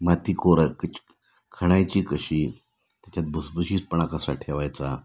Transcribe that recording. माती कोरा खणायची कशी त्याच्यात भुसभुशीतपणा कसा ठेवायचा